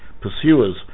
pursuers